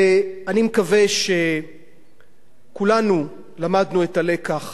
ואני מקווה שכולנו למדנו את הלקח